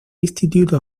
institute